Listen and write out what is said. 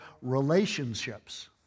relationships